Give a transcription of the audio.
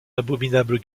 abominable